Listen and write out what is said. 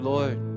Lord